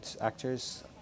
actors